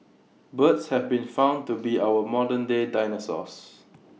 birds have been found to be our modernday dinosaurs